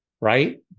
Right